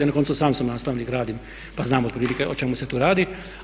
Na koncu sam sam nastavnik, radim pa znam otprilike o čemu se tu radi.